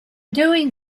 doing